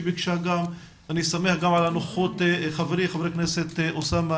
אני שמח גם על הנוכחות של חברי חבר הכנסת אוסאמה